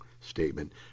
statement